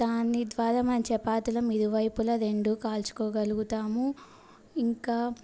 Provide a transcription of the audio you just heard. దాని ద్వారా మనం చపాతీలం ఇరువైపుల రెండు కాల్చుకోగలుగుతాము ఇంకా